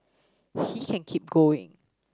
he can keep going